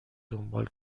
دنبال